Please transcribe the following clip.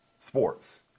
sports